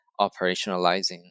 operationalizing